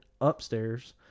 upstairs